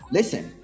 Listen